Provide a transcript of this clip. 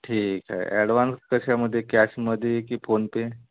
ठीक आहे ॲडवान्स कशामध्ये कॅशमध्ये की फोनपे